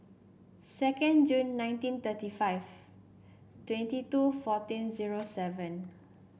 second Jun nineteen thirty five twenty two fourteen zero seven